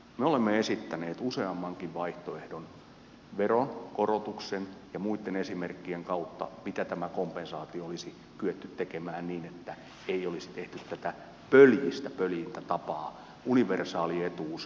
me olemme esittäneet useammankin vaihtoehdon veronkorotuksen ja muitten esimerkkien kautta miten tämä kompensaatio olisi kyetty tekemään niin että ei olisi tehty tätä pöljistä pöljintä tapaa että universaali etuus kompensoidaan epäoikeudenmukaisen verovähennysmallin kautta